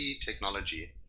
technology